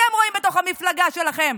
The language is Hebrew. שאתם רואים בתוך המפלגה שלכם,